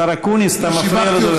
השר אקוניס, אתה מפריע לדובר.